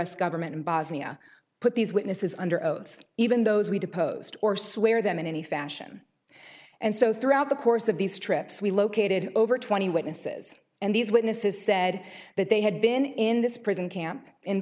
s government in bosnia put these witnesses under oath even those we deposed or swear them in any fashion and so throughout the course of these trips we located over twenty witnesses and these witnesses said that they had been in this prison camp in